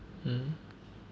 mm